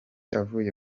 avuye